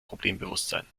problembewusstsein